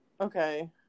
Okay